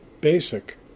basic